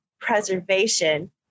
preservation